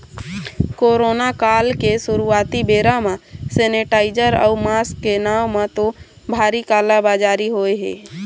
corona काल के शुरुआती बेरा म सेनीटाइजर अउ मास्क के नांव म तो भारी काला बजारी होय हे